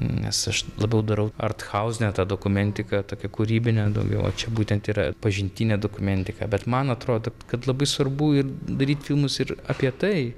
nes aš labiau darau arthauzinę tą dokumentiką tokią kūrybinę daugiau o čia būtent yra pažintinė dokumentika bet man atrodo kad labai svarbu ir daryti filmus ir apie tai